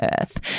earth